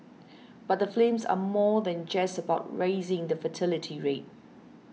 but the films are more than just about raising the fertility rate